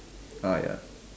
ah ya